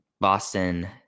Boston